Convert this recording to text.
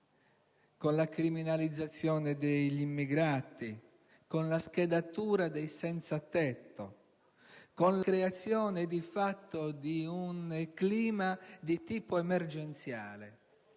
con la criminalizzazione degli immigrati, con la schedatura dei senza tetto, con la creazione di fatto di un clima di tipo emergenziale;